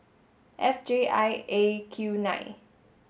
F J I A Q nine